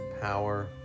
power